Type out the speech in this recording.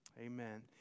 Amen